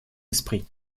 esprit